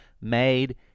Made